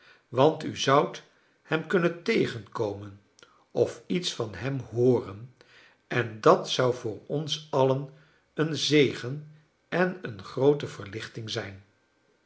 want u zoudt hem kunnen tegenkomeio of iets van hem h ooren en dat z ou v o or ons alien een zegen en een groote verlichting zijn